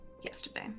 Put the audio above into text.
yesterday